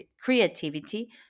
creativity